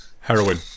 heroin